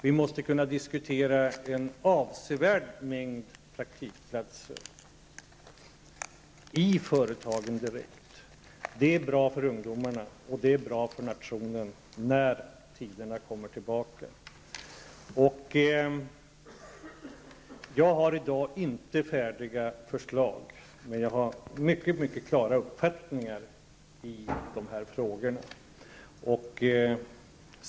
Vi måste kunna diskutera en avsevärd mängd praktikplatser i företagen direkt. Det är bra för ungdomarna och för nationen, när tiderna kommer tillbaka. Jag har i dag inte några färdiga förslag, men jag har en mycket klar uppfattning i dessa frågor.